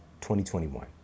2021